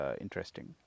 interesting